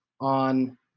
on